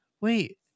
wait